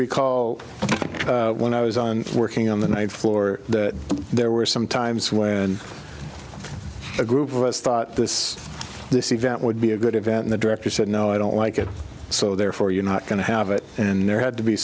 recall when i was on working on the ninth floor there were some times when a group of us thought this this event would be a good event and the director said no i don't like it so therefore you're not going to have it and there had to be